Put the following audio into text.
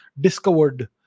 discovered